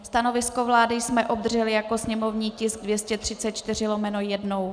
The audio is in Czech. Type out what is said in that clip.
Stanovisko vlády jsme obdrželi jako sněmovní tisk 234/1.